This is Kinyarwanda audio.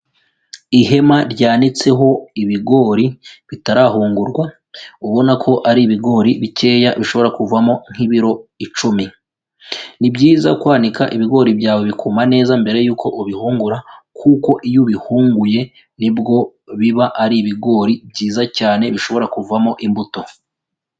Ihema ryanitseho ibigori bitarahungurwa, ubona ko ari ibigori bikeya bishobora kuvamo nk'ibiro icumi, ni byiza kwanika ibigori byawe bikuma neza mbere y'uko ubihungura kuko iyo ubihunguye nibwo biba ari ibigori byiza cyane bishobora kuvamo imbuto.